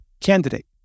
candidate